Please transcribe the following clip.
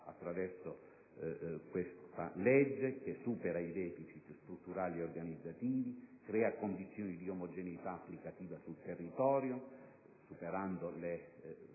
attraverso questa legge, che supera i deficit strutturali ed organizzativi, crea condizioni di omogeneità applicativa sul territorio, superando i